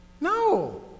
No